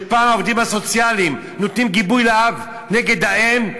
שפעם העובדים הסוציאליים נותנים גיבוי לאב נגד האם,